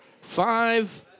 five